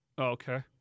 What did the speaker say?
Okay